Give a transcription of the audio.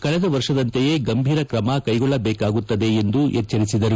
ಕಳೆದ ವರ್ಷದಂತೆಯೇ ಗಂಭೀರ ಕ್ರಮ ಕೈಗೊಳ್ಳಬೇಕಾಗುತ್ತದೆ ಎಂದು ಎಚ್ಚರಿಸಿದರು